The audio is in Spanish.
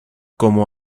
como